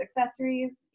accessories